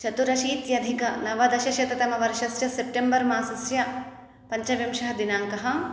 चतुरशीत्यधिकनवदशशततमवर्षस्य September मासस्य पञ्चविंशतिदिनाङ्कः